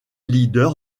leader